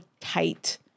tight